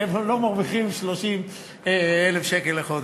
שלא מרוויחים 30,000 שקל לחודש.